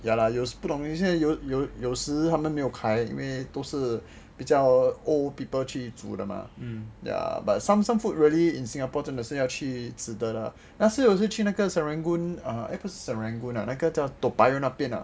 ya lah 不懂有时候他们没有开因为都是比较 old people 去煮的 mah but some some food really in singapore 真的是要去值得的那次去那个 serangoon err eh 不是 serangoon 那个叫 toa payoh 那边那个 ah